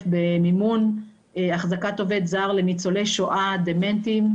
במימון אחזקת עובד זר לניצולי שואה דמנטיים,